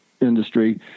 industry